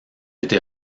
été